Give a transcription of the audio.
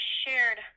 shared